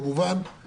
הכול יהיה במשותף,